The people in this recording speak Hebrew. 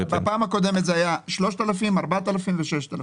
בפעם הקודמת זה היה 3,000, 4,000 ו-6,000.